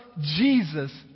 Jesus